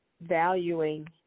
valuing